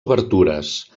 obertures